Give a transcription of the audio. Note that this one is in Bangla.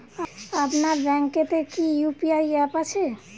আপনার ব্যাঙ্ক এ তে কি ইউ.পি.আই অ্যাপ আছে?